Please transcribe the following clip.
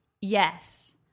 Yes